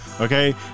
Okay